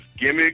gimmick